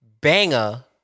banger